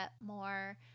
more